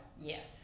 Yes